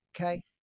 Okay